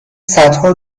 صدها